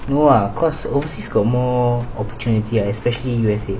no ah cause overseas got more opportunity ah especially U_S_A